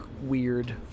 weird